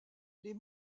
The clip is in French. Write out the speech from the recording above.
les